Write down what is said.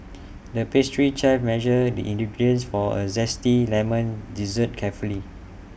the pastry chef measured the ingredients for A Zesty Lemon Dessert carefully